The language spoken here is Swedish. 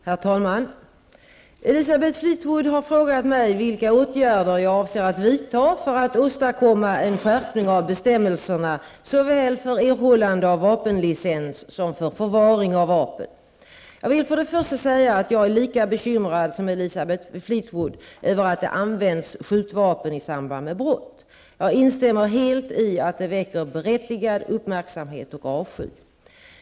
Herr talman! Elisabeth Fleetwood har frågat mig vilka åtgärder jag avser att vidta för att åstadkomma en skärpning av bestämmelserna såväl för erhållande av vapenlicens som för förvaring av vapen. Jag vill för det första säga att jag är lika bekymrad som Elisabeth Fleetwood över att det används skjutvapen i samband med brott. Jag instämmer helt i att det väcker berättigad uppmärksamhet och avsky.